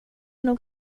nog